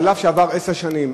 אף שעברו עשר שנים,